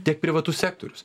tiek privatus sektorius